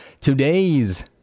Today's